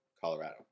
Colorado